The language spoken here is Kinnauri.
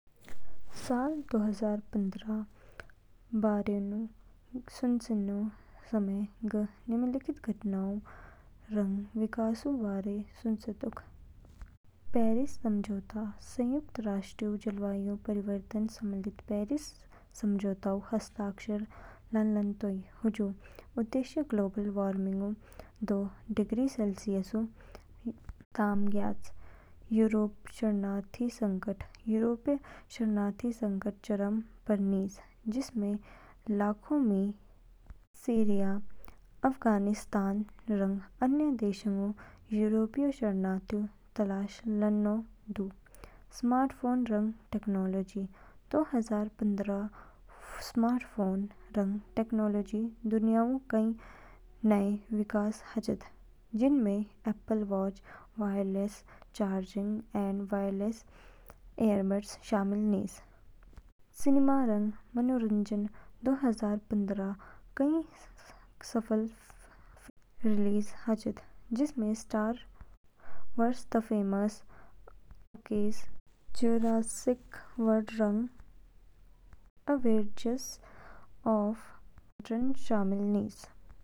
साल दो हजार पन्द्रहऊ बारेऊ स सुचेनो समय, ग निम्नलिखित घटनाओं रंग विकासऊ बारे सुचेतोक। पेरिस समझौता संयुक्त राष्ट्रऊ जलवायु परिवर्तन सम्मेलन पेरिस समझौतऊ हस्ताक्षर लानतोइ, हजू उद्देश्य ग्लोबल वार्मिंगऊ दो डिग्री सेल्सियसऊ यूग ताम ज्ञयाच। यूरोपीय शरणार्थी संकट यूरोपऊ शरणार्थी संकट चरम पर निज, जिसमें लाखों मी सीरिया, अफगानिस्तान रंग अन्य देशंगों यूरोपऊ शरणऊ तलाश लानो दो। स्मार्टफ़ोन रंग टेक्नोलॉजी दो हजार पन्द्रहऊ स्मार्टफ़ोन रंग टेक्नोलॉजीऊ दुनियाऊ कई नए विकास हाचिद, जिनमें एप्पल वॉच, वायरलेस चार्जिंग रंग वायरलेस इयरबड्स शामिल निज। सिनेमा रंग मनोरंजन दो हजार पन्द्रहऊ कई सफल फिल्में रिलीज़ हाचिद, जिनमें "Star Wars the Force Awakens", "Jurassic World" रंग "एवेंजर्स एज ऑफ अल्ट्रॉन" शामिल निज।